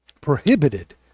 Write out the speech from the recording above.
prohibited